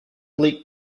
leaked